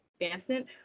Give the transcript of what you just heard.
advancement